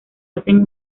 hacen